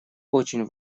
очень